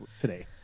today